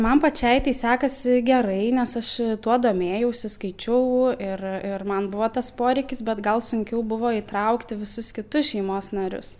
man pačiai tai sekasi gerai nes aš tuo domėjausi skaičiau ir ir man buvo tas poreikis bet gal sunkiau buvo įtraukti visus kitus šeimos narius